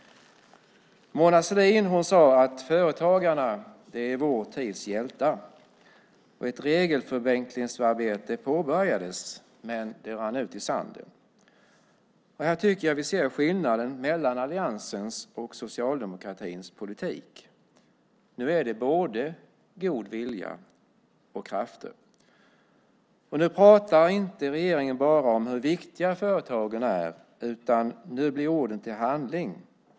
Mona Sahlin sade: Företagarna är vår tids hjältar. Ett regelförenklingsarbete påbörjades men rann ut i sanden. Här tycker jag att vi ser skillnaden mellan alliansens och Socialdemokraternas politik. Nu är det både god vilja och krafter. Regeringen talar inte bara om hur viktiga företagarna är utan nu blir orden till handling.